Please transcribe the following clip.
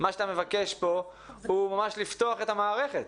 מה שאתה מבקש פה הוא לפתוח את המערכת.